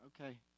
Okay